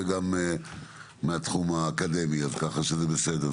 וגם מהתחום האקדמי אז ככה שזה בסדר,